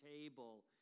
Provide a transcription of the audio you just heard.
table